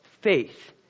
faith